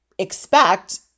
expect